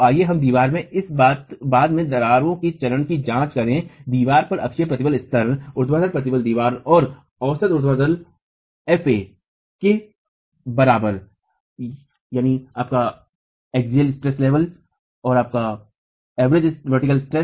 तो आइए हम दीवार में इस बाद के दरारों के चरण की जांच करें दीवार पर अक्षीय प्रतिबल स्तर ऊर्ध्वाधर प्रतिबल दीवार में औसत ऊर्ध्वाधर प्रतिबल fa के बराबर है